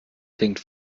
denkt